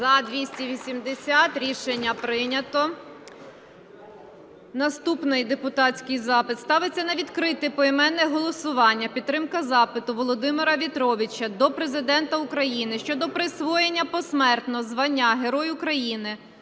За-280 Рішення прийнято. Наступний депутатський запит ставиться на відкрите поіменне голосування, підтримка запиту Володимира В'ятровича до Президента України щодо присвоєння (посмертно) звання Герой України